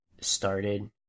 started